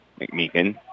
McMeekin